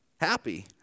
Happy